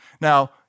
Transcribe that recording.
Now